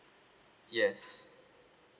yes